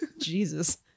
Jesus